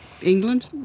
England